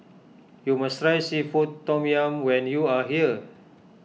you must try Seafood Tom Yum when you are here